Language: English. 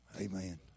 Amen